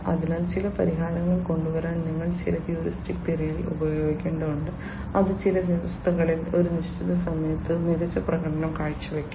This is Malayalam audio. അതിനാൽ ചില പരിഹാരങ്ങൾ കൊണ്ടുവരാൻ നിങ്ങൾ ചില ഹ്യൂറിസ്റ്റിക് രീതികൾ ഉപയോഗിക്കേണ്ടതുണ്ട് അത് ചില വ്യവസ്ഥകളിൽ ഒരു നിശ്ചിത സമയത്ത് മികച്ച പ്രകടനം കാഴ്ചവയ്ക്കും